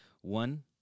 one